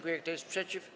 Kto jest przeciw?